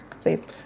please